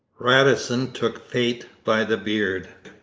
radisson took fate by the beard,